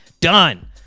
Done